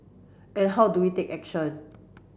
and how do we take action